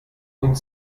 und